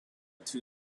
two